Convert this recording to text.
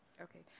Okay